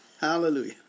hallelujah